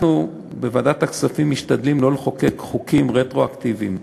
אנחנו בוועדת הכספים משתדלים שלא לחוקק חוקים רטרואקטיביים.